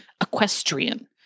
equestrian